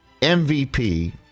MVP